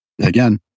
again